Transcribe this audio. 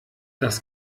das